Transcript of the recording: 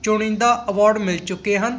ਚੁਣਿੰਦਾ award ਮਿਲ ਚੁੱਕੇ ਹਨ